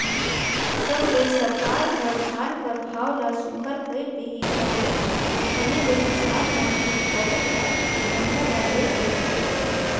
जब ले सरकार हर धान कर भाव ल सुग्घर कइर देहिस अहे ते घनी ले किसान मन थोर बहुत राएख के जम्मो ल बेच देथे